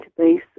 database